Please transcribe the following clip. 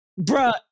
Bruh